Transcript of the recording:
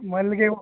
ಮಲ್ಲಿಗೆ ಹೂವು